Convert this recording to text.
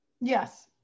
Yes